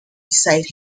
beside